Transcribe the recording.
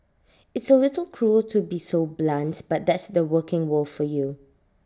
it's A little cruel to be so blunt but that's the working world for you